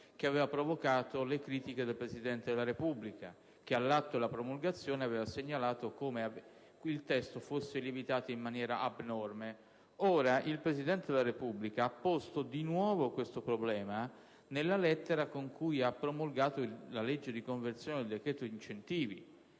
che aveva provocato le critiche del Presidente della Repubblica, il quale, all'atto della promulgazione, aveva segnalato il fatto che il testo fosse lievitato in maniera abnorme. Il Presidente della Repubblica ha posto di nuovo questo problema nella lettera con cui ha accompagnato la promulga della legge di conversione del decreto in materia